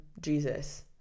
jesus